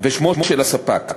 ושמו של הספק.